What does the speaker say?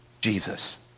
Jesus